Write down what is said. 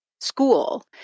school